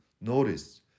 Notice